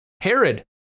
Herod